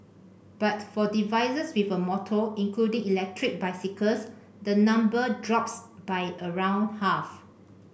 but for devices with a motor including electric bicycles the number drops by around half